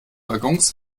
waggons